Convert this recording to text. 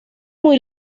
muy